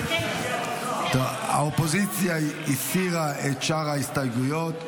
האופוזיציה הסירה את שאר ההסתייגויות,